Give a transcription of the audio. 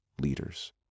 leaders